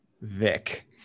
Vic